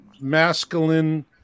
masculine